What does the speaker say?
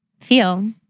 feel